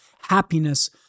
happiness